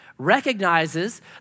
recognizes